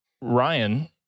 Ryan